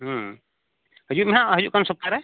ᱦᱮᱸ ᱦᱤᱡᱩᱜ ᱢᱮ ᱱᱟᱦᱟᱸᱜ ᱦᱤᱡᱩᱜ ᱠᱟᱱ ᱥᱚᱯᱛᱟ ᱨᱮ